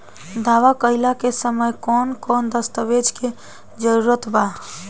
दावा कईला के समय कौन कौन दस्तावेज़ के जरूरत बा?